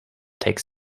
takes